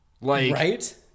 Right